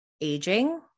aging